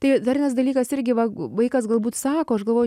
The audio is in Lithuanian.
tai dar vienas dalykas irgi va vaikas galbūt sako aš galvoju